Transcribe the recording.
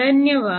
धन्यवाद